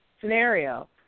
scenario